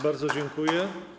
Bardzo dziękuję.